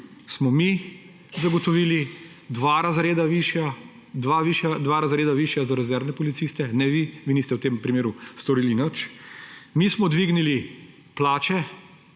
smo mi zagotovili dva višja razreda za rezervne policiste, ne vi, vi niste v tem primeru storili nič. Mi smo dvignili plače